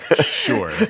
Sure